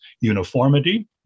uniformity